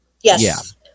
Yes